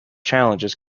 challenges